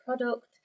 product